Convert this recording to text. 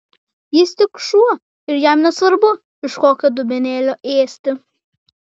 jis tik šuo ir jam nesvarbu iš kokio dubenėlio ėsti